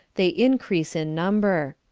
they increase in number.